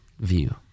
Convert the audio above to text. view